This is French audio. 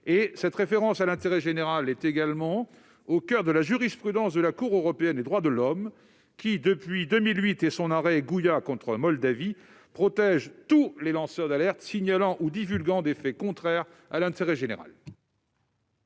Cette référence à l'intérêt général est également au coeur de la jurisprudence de la Cour européenne des droits de l'homme, qui, depuis 2008 et son arrêt, protège tous les lanceurs d'alerte signalant ou divulguant des faits contraires à l'intérêt général.